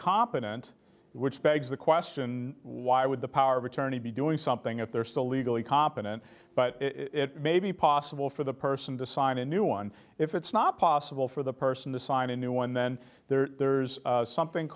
competent which begs the question why would the power of attorney be doing something if they're still legally competent but it may be possible for the person to sign a new one if it's not possible for the person to sign a new one then there's something